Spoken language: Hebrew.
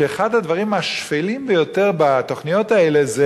שאחד הדברים השפלים ביותר בתוכניות האלה זה